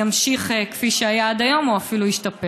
יימשך כפי שהיה עד היום או אפילו ישתפר?